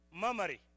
memory